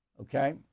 Okay